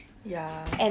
ya